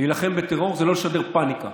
להילחם בטרור זה לא לשדר פניקה